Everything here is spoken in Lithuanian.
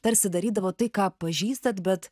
tarsi darydavot tai ką pažįstat bet